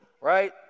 right